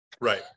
Right